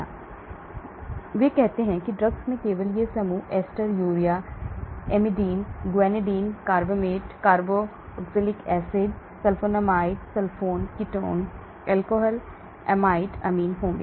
इसलिए वे कहते हैं कि ड्रग्स में केवल ये समूह ester urea amidine guanidine carbamate carboxylic acid sulfonamide sulfone ketone alcohol amide amine होंगे